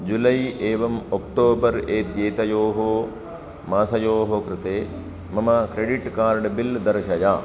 जुलै एवम् अक्टोबर् एत् एतयोः मासयोः कृते मम क्रेडिट् कार्ड् बिल् दर्शय